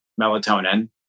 melatonin